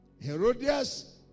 Herodias